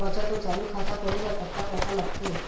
बचत अऊ चालू खाता खोले बर कतका पैसा लगथे?